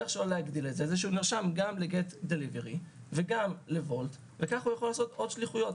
הוא נרשם גם לגט דליברי וגם לוולט וכך הוא יכול לעשות עוד שליחויות.